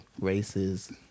races